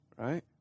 right